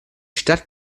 stadt